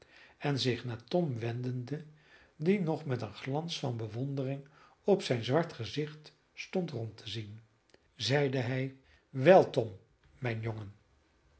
en zich naar tom wendende die nog met een glans van bewondering op zijn zwart gezicht stond rond te zien zeide hij wel tom mijn jongen